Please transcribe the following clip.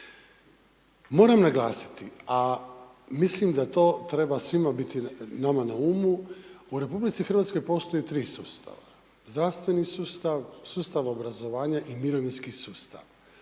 Moram naglasiti a mislim da to treba svima biti nama na umu, u RH postoji tri sustava: zdravstveni sustav, sustav obrazovanja i mirovinski sustav.